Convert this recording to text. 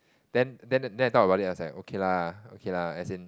then then then I thought about it was like okay lah okay lah as in